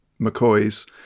McCoys